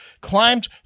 climbed